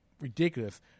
ridiculous